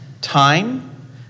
time